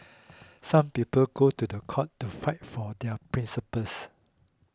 some people go to the court to fight for their principles